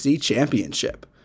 Championship